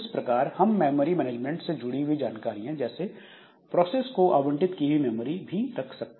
इस प्रकार हम मेमोरी मैनेजमेंट से जुड़ी हुई कुछ जानकारियां जैसे प्रोसेस को आवंटित की हुई मेमोरी भी रख सकते हैं